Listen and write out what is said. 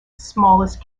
smallest